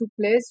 place